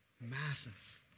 massive